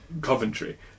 Coventry